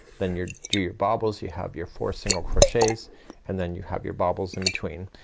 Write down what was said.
then you're do your bobbles, you have your four single crochets and then you have your bobbles in between.